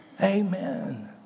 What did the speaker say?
Amen